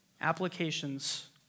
Applications